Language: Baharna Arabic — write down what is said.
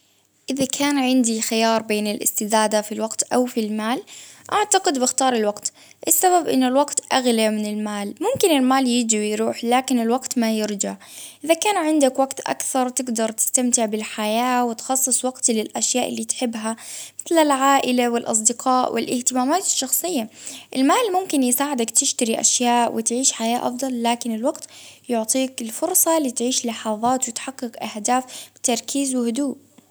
إذا كان عندي الخيار بين الإستزادة في الوقت أو في المال، أعتقد بختار الوقت، السبب إن الوقت أغلى من المال، ممكن المال يجي ويروح لكن الوقت ما يرجع، إذا كان عندك وقت أكثر تقدر تستمتع بالحياة، وتخصص وقت للأشياء اللي تحبها، للعائلة والأصدقاء، والأهتمامات الشخصية، المال ممكن يساعدك تشتري أشياء، وتعيش حياة أفضل، لكن الوقت يعطيك الفرصة لتعيش لحظات، وتحقق أهداف تركيز وهدوء.